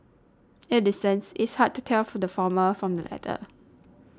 at a distance it's hard to tell the former from the latter